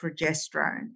progesterone